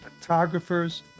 photographers